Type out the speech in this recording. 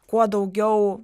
kuo daugiau